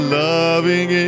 loving